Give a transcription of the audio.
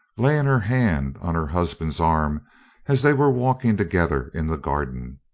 laying her hand on her husband's arm as they were walking together in the garden,